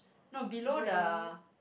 no below the